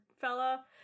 fella